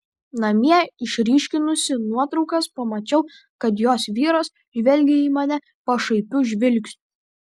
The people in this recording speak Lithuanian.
namie išryškinusi nuotraukas pamačiau kad jos vyras žvelgia į mane pašaipiu žvilgsniu